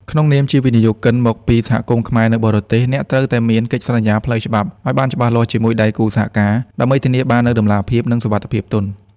ក្នុងនាមជាវិនិយោគិនមកពី សហគមន៍ខ្មែរនៅបរទេស អ្នកត្រូវតែមាន កិច្ចសន្យាផ្លូវច្បាប់ ឱ្យបានច្បាស់លាស់ជាមួយដៃគូសហការ ដើម្បីធានាបាននូវតម្លាភាព និងសុវត្ថិភាពទុន